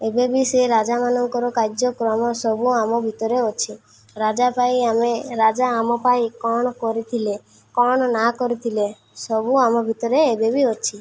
ଏବେ ବି ସେ ରାଜାମାନଙ୍କର କାର୍ଯ୍ୟକ୍ରମ ସବୁ ଆମ ଭିତରେ ଅଛି ରାଜା ପାଇଁ ଆମେ ରାଜା ଆମ ପାଇଁ କ'ଣ କରିଥିଲେ କ'ଣ ନା କରିଥିଲେ ସବୁ ଆମ ଭିତରେ ଏବେ ବି ଅଛି